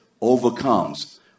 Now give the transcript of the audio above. Overcomes